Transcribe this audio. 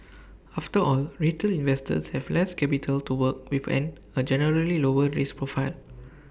after all retail investors have less capital to work with and A generally lower risk profile